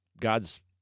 God's